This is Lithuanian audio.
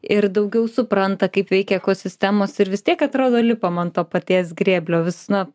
ir daugiau supranta kaip veikia ekosistemos ir vis tiek atrodo lipam ant to paties grėblio vis na